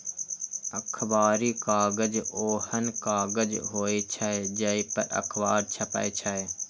अखबारी कागज ओहन कागज होइ छै, जइ पर अखबार छपै छै